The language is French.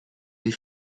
les